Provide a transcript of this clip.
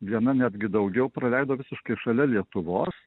viena netgi daugiau praleido visiškai šalia lietuvos